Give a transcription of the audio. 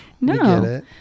No